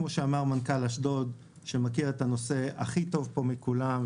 כמו שאמר מנכ"ל אשדוד שמכיר את הנושא הכי טוב פה מכולם,